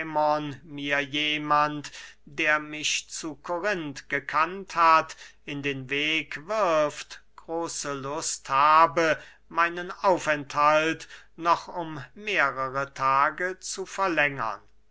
mir jemand der mich zu korinth gekannt hat in den weg wirft große lust habe meinen aufenthalt noch um mehrere tage zu verlängern